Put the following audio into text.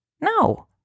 No